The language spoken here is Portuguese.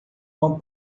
uma